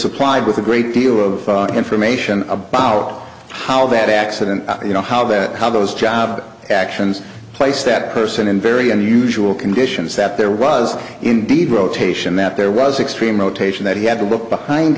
supplied with a great deal of information about how that accident you know how that how those job actions place that person in very unusual conditions that there was indeed rotation that there was extreme rotation that he had to look behind